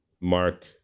Mark